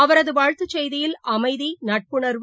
அவரதுவாழ்த்துச்செய்தியில் அமைதி நட்புணர்வு